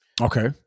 Okay